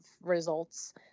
results